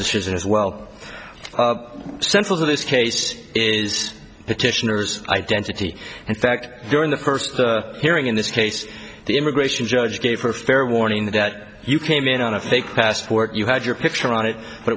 decision as well central to this case is petitioners identity in fact during the first hearing in this case the immigration judge gave her fair warning that you came in on a fake passport you had your picture on it